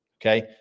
Okay